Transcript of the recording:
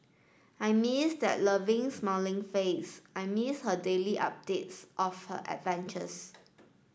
I miss that lovely smiling face I miss her daily updates of her adventures